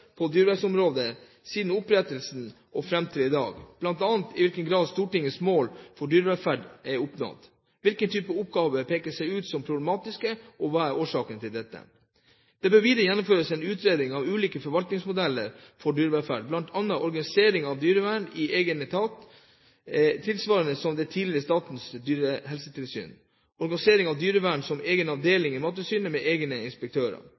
på dyrevelferdsområdet siden opprettelsen og fram til i dag, bl.a. i hvilken grad Stortingets mål for dyrevelferd er oppnådd, hvilke typer oppgaver som peker seg ut som problematiske, og hva som er årsakene til dette. Det bør videre gjennomføres en utredning av ulike forvaltningsmodeller for dyrevelferd, bl.a. organisering av dyrevern i en egen etat, tilsvarende det tidligere Statens dyrehelsetilsyn, og organisering av dyrevern som en egen avdeling i Mattilsynet, med egne inspektører.